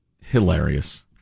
hilarious